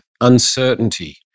uncertainty